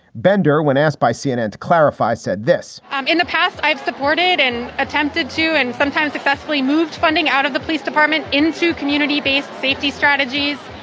bender, when asked by cnn to clarify, said this in the past, i've supported and attempted to and sometimes effectively moved funding out of the police department into community based safety strategies.